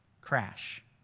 crash